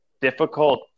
difficult